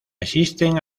existen